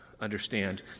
understand